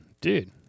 Dude